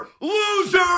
loser